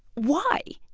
why?